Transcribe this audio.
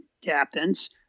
captains